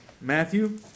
Matthew